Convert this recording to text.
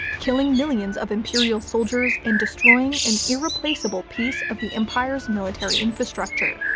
killing millions of imperial soldiers and destroying an irreplaceable piece of the empire's military infrastructure.